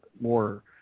more